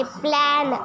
plan